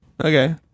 Okay